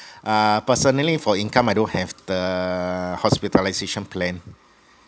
uh personally for income I don't have the hospitalisation plan